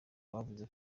bavuze